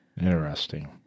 Interesting